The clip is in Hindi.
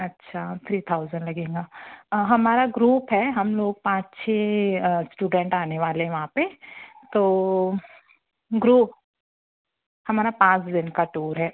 अच्छा थ्री थाउज़ंड लगेगा हमारा ग्रुप है हम लोग पाँच छः स्टूडेंट आने वाले हैं वहाँ पर तो ग्रुप हमारा पाँच दिन का टूर है